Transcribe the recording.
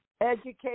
educate